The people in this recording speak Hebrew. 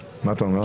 מה אתה אומר על זה?